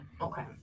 Okay